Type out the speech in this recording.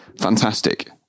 fantastic